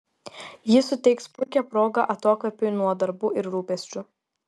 ji suteiks puikią progą atokvėpiui nuo darbų ir rūpesčių